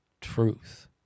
truth